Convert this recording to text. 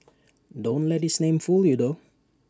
don't let its name fool you though